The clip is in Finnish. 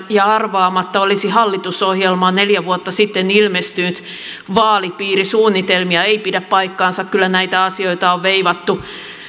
ja arvaamatta olisi hallitusohjelmaan neljä vuotta sitten ilmestynyt vaalipiirisuunnitelmia ei pidä paikkaansa kyllä näitä asioita on veivattu